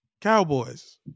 Cowboys